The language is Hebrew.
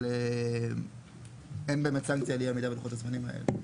אבל אין באמת סנקציה על אי עמידה בלוחות הזמנים האלה.